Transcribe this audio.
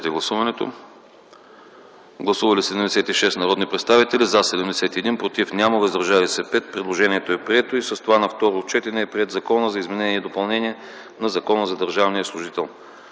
Гласували 76 народни представители: за 71, против няма, въздържали се 5. Предложението е прието, а с това на второ четене е приет Законът за изменение на Закона за държавния служител.